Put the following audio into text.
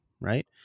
right